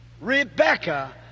Rebecca